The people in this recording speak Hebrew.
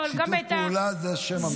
שיתוף פעולה זה שם המשחק.